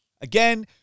Again